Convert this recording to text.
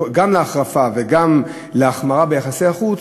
גם להחרפה וגם להחמרה ביחסי החוץ,